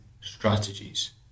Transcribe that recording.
strategies